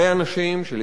של עיתונאים,